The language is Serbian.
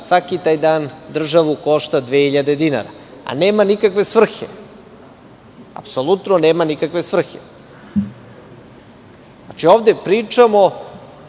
svaki dan državu košta 2.000 dinara. Nema nikakve svrhe, apsolutno nema nikakve svrhe. Ovde pričamo